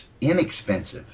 inexpensive